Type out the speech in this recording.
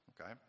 okay